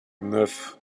neuf